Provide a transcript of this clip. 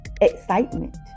excitement